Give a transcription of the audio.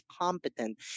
competent